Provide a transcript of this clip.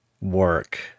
work